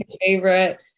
favorite